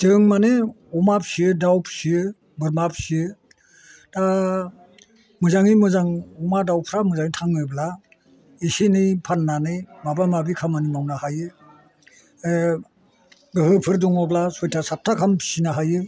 जों माने अमा फियो दाउ फियो बोरमा फियो दा मोजांङै मोजां अमा दाउफ्रा मोजाङै थाङोब्ला इसे इनै फाननानै माबा माबि खामानि मावनो हायो गोहोफोर दंब्ला सयथा सातथा गाहाम फिनो हायो